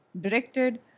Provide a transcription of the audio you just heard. directed